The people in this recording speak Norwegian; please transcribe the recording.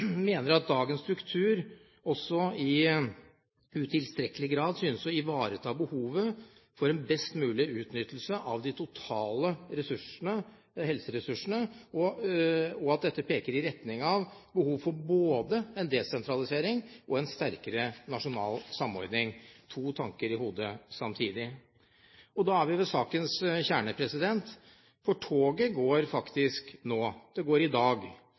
mener at dagens struktur også i utilstrekkelig grad synes å ivareta behovet for best mulig utnyttelse av de totale helseressursene, og at dette peker i retning av behov for både desentralisering og sterkere nasjonal samordning – to tanker i hodet samtidig. Da er vi ved sakens kjerne. For toget går faktisk nå. Det går i dag.